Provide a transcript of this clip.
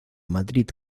madrid